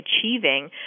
achieving